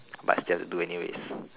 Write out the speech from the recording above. but still have to do it anyways